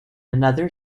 another